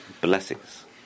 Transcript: blessings